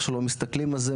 איך שלא מסתכלים על זה,